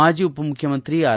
ಮಾಜಿ ಉಪ ಮುಖ್ಯಮಂತ್ರಿ ಆರ್